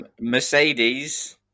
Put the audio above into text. Mercedes